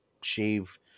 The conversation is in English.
shave